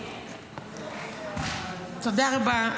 תודה רבה.